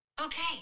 Okay